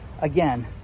Again